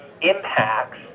impacts